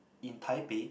in Taipei